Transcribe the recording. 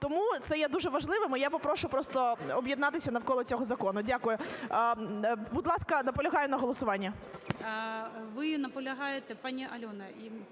Тому це є дуже важливим, і попрошу просто об'єднатися навколо цього закону. Дякую. Будь ласка, наполягаю на голосуванні.